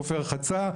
חופי רחצה,